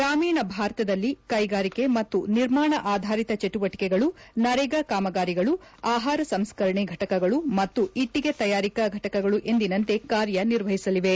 ಗ್ರಾಮೀಣ ಭಾರತದಲ್ಲಿ ಕೈಗಾರಿಕೆ ಮತ್ತು ನಿರ್ಮಾಣ ಆಧರಿತ ಚಟುವಟಕೆಗಳು ನರೇಗಾ ಕಾಮಗಾರಿಗಳು ಆಹಾರ ಸಂಸ್ಕರಣೆ ಘಟಕಗಳು ಮತ್ತು ಇಟ್ಲಿಗೆ ತಯಾರಿಕಾ ಘಟಕಗಳು ಎಂದಿನಂತೆ ಕಾರ್ಯ ನಿರ್ವಹಿಸಲಿವೆ